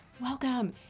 welcome